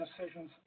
decisions